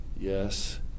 yes